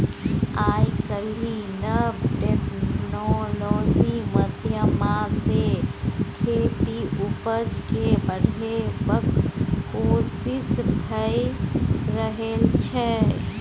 आइ काल्हि नब टेक्नोलॉजी माध्यमसँ खेतीक उपजा केँ बढ़ेबाक कोशिश भए रहल छै